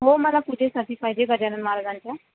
हो मला पूजेसाठी पाहिजे गजानन महाराजांच्या